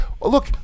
Look